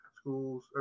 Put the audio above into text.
schools